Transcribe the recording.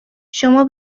شما